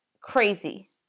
crazy